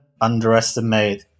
underestimate